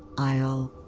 i'll.